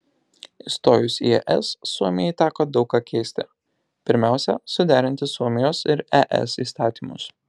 įstojus į es suomijai teko daug ką keisti pirmiausia suderinti suomijos ir es įstatymus